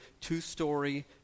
two-story